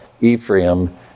Ephraim